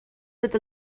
with